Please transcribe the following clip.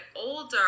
older